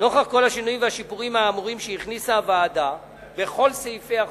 נוכח כל השינויים והשיפורים האמורים שהכניסה הוועדה בכל סעיפי החוק,